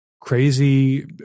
crazy